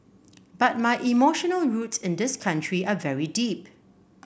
but my emotional roots in this country are very deep